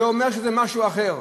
זה אומר שזה משהו אחר.